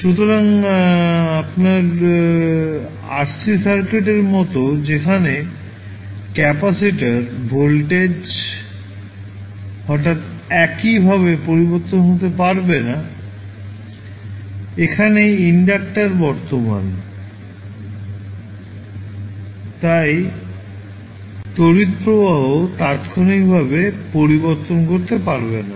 সুতরাং আপনার RC সার্কিটের মতো যেখানে ক্যাপাসিটার ভোল্টেজ হঠাৎ একইভাবে পরিবর্তন হতে পারে না এখানে ইন্ডাক্টার তড়িৎ প্রবাহ তাই তড়িৎ প্রবাহ তাত্ক্ষণিকভাবে পরিবর্তন করতে পারে না